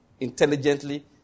intelligently